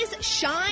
shine